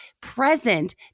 present